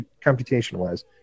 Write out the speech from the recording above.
computation-wise